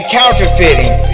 counterfeiting